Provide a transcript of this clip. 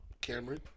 Cameron